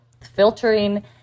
filtering